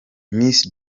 miss